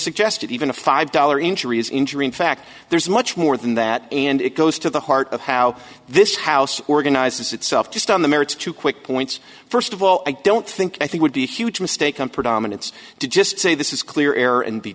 suggested even a five dollar injuries injury in fact there's much more than that and it goes to the heart of how this house organizes itself just on the merits two quick points first of all i don't think i think would be a huge mistake on predominance to just say this is clear air and be